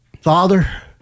Father